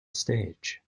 stage